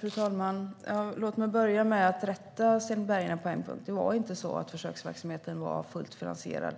Fru talman! Låt mig börja med att rätta Sten Bergheden på en punkt. Försöksverksamheten var inte fullt finansierad